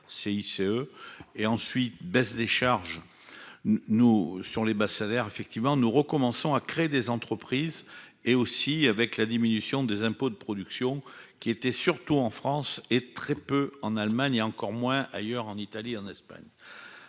CICE et ensuite, baisse des charges, nous sur les bas salaires, effectivement nous recommençons à créer des entreprises et aussi avec la diminution des impôts de production qui étaient surtout en France, et très peu en Allemagne, et encore moins ailleurs, en Italie, en Espagne,